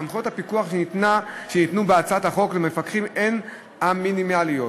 סמכויות הפיקוח שניתנו בהצעת החוק למפקחים הן המינימליות